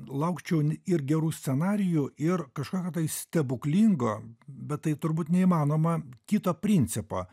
laukčiau ir gerų scenarijų ir kažkokio tai stebuklingo bet tai turbūt neįmanoma kito principo